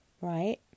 right